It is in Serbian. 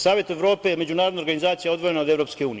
Savet Evrope je međunarodna organizacija odvojena od EU.